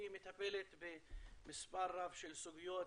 היא מטפלת במספר רב של סוגיות,